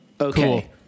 Okay